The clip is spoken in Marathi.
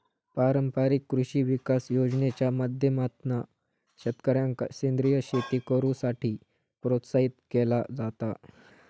पारंपारिक कृषी विकास योजनेच्या माध्यमातना शेतकऱ्यांका सेंद्रीय शेती करुसाठी प्रोत्साहित केला जाता